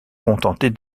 contenter